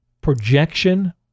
Projection